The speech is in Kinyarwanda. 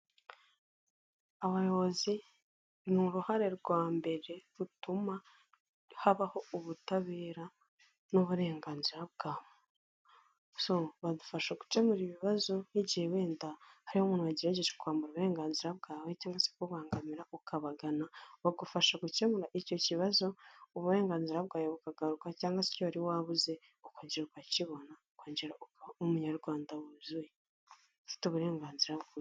Abayobozi ni uruhare rwa mbere rutuma habaho ubutabera n'uburenganzira bwa, badufasha gukemura ibibazo nk'igihe wenda hari umuntu wagerageje kukwambura uburenganzira bwawe cyangwa se kukubangamira ukabagana, bagufasha gukemura icyo kibazo uburenganzira bwawe bukagaruka cyangwa se icyo wari wabuze ukageraho ukakibona, ukongera ukaba Umunyarwanda wuzuye ufite uburenganzira bwe.